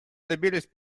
добились